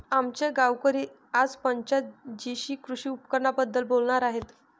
आमचे गावकरी आज पंचायत जीशी कृषी उपकरणांबद्दल बोलणार आहेत